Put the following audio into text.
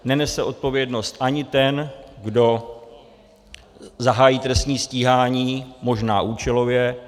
Nenese odpovědnost ani ten, kdo zahájí trestní stíhání možná účelově.